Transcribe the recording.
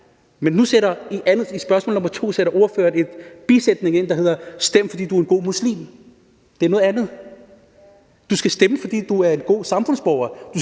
nr. 2 sætter spørgeren en bisætning ind, der hedder: Stem, fordi du er en god muslim. Det er noget andet. Du skal stemme, fordi du er en god samfundsborger,